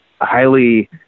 highly